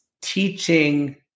teaching